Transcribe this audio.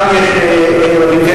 גם יש דברים כאלה.